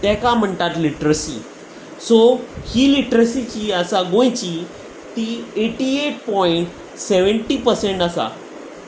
ताका म्हणटात literacy so ही लिट्रसी जी आसा गोंयची ती eighty eight point seventy percent आसा